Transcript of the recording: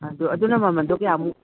ꯑꯗꯣ ꯑꯗꯨꯅ ꯃꯃꯟꯗꯣ ꯀꯌꯥꯃꯨꯛ